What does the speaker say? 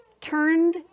turned